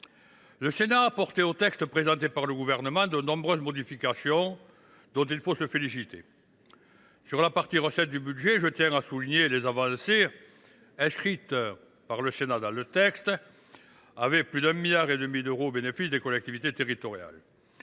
Le Sénat a apporté au texte présenté par le Gouvernement de nombreuses modifications dont il faut se féliciter. Concernant la partie recettes, je tiens à souligner les avancées inscrites dans le texte par le Sénat : plus de 1,5 milliard d’euros au bénéfice des collectivités territoriales.